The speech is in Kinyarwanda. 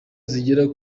zigera